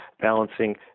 balancing